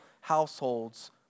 households